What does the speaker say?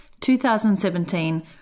2017